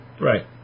Right